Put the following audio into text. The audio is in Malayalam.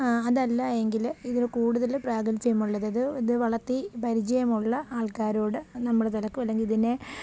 അത് എല്ലാ എങ്കിൽ ഇതിന് കൂടുതൽ പ്രാഗൽഭ്യമുള്ളത് ഇത് വളർത്തി പരിചയമുള്ള ആൾക്കാരോട് നമ്മൾ തിരക്കും അല്ലെങ്കിൽ ഇതിനെ